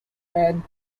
and